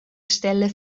stelle